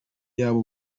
y’aba